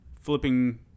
flipping